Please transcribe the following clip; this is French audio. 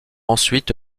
ensuite